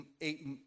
eight